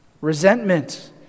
resentment